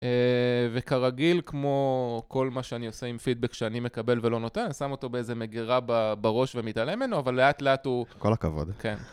וכרגיל, כמו כל מה שאני עושה עם פידבק שאני מקבל ולא נותן, אני שם אותו באיזה מגירה בראש ומתעלם ממנו, אבל לאט-לאט הוא... כל הכבוד.